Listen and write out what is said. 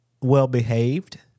well-behaved